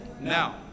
now